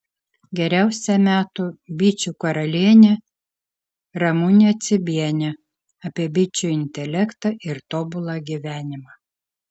geriausia metų bičių karalienė ramunė cibienė apie bičių intelektą ir tobulą gyvenimą